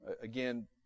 again